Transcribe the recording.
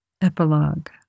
Epilogue